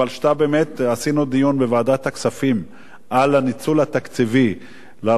עשינו דיון בוועדת הכספים על הניצול התקציבי ברשויות הדרוזיות.